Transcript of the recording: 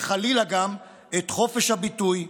וחלילה גם את חופש הביטוי,